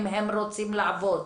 אם הם רוצים לעבוד.